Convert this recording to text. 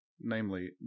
Namely